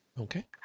Okay